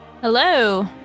Hello